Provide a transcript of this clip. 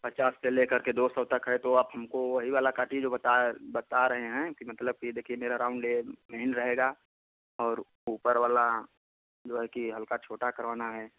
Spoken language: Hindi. पचास से लेकर के दो सौ तक है तो आप हमको वही वाला काटिए जो बताया बता रहें है कि मतलब देखिए मेरा राउंड ये मेन रहेगा और ऊपर वाला जो है कि हल्का छोटा करवाना है